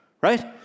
Right